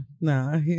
Nah